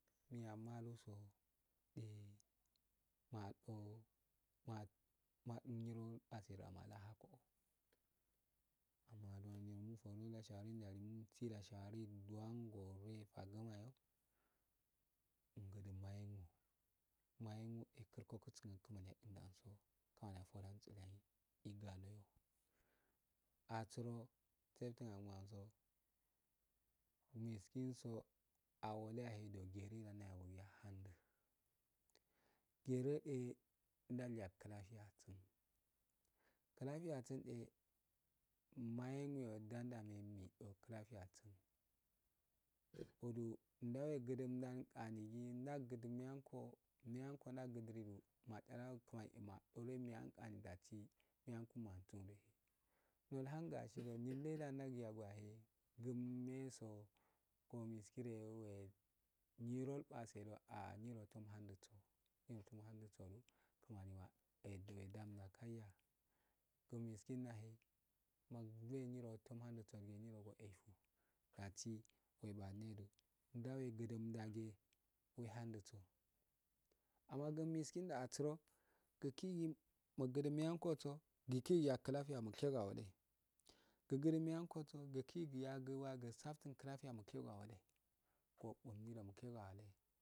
Malusa madomado nyoriro base da mala hakaho aro nyiro mufido shawari ndali mukti do shawari dwan goure fagumayo agure myongo mayongo eh kumani atodanso so iguwa ndeyo atsuro seften kumani alum so iguwa ndeyo atsuro seften kumani adu gan oh so kumani alumso miskin so awole yay do gere nando yay ayago ahundh gere eh ndow ya klafiya tsun klafiya tsun eh maan. yo den nda men mido klafiya tsun olu nde gunduu dan ani nde gudun dan miyanko miyanko ndow gudrigo mafara kumani eh mado miyan ani dasi miyan ndasi miyan kumani dasi nture nel hun gasido nyile da ndau yago ye eh gum meso mo miskire yo we nyirol base do ah nyiro tam hun watso nyiro ndwe do so do kumani eh dwel da kayya mo miskin ya eh maggwe nyiro ndwetso tom hun watso gu eitu datsi we badne do ndawe gudun dage we handh tso amagu miskin nda atsura ukiki mugudun nyanko so kikiya klafiya mun shego ah waleh gudirun yano so kiki ya klafiya nun shego ah woheh origin muyango tso kiki yago usaften klafiya mun shego ah waleh okuli do mun shego ah waleh